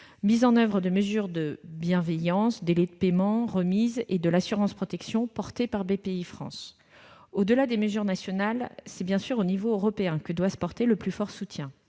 mise en oeuvre de mesures de bienveillance concernant des délais de paiement ou des remises et de l'assurance prospection portée par Bpifrance. Au-delà des mesures nationales, c'est bien sûr au niveau européen que doit se porter le soutien